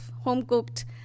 home-cooked